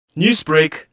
Newsbreak